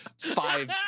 five